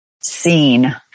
seen